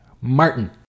martin